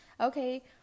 okay